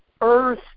earth